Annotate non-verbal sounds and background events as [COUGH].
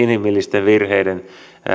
[UNINTELLIGIBLE] inhimillisten virheiden